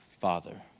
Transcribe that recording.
father